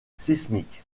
sismique